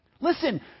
Listen